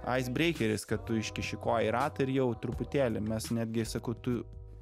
aisbreikeris kad tu iškiši koją į ratą ir jau truputėlį mes netgi sakau tu